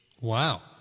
wow